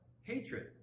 hatred